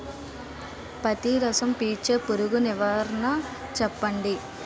పత్తి రసం పీల్చే పురుగు నివారణ చెప్పండి?